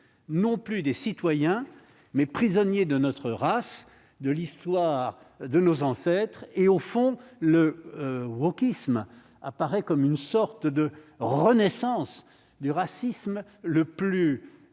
non plus des citoyens mais prisonnier de notre race de l'histoire de nos ancêtre s'et au fond le wokisme apparaît comme une sorte de renaissance du racisme le plus fermé le